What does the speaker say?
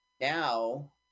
Now